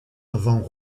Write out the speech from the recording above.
avant